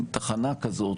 תחנה כזאת,